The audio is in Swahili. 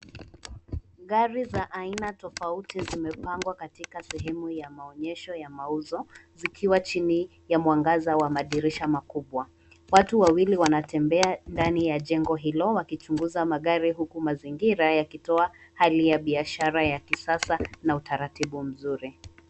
Gari za aina tofauti zimepangwa katika sehemu ya maonyesho ya mauzo zikiwa chini ya mwangaza wa madirisha makubwa. Watu wawili wanatembea ndani ya jengo hilo wakichunguza magari huku mazingira yakitoa hali ya biashara ya kisasa na utaratibu mzuri.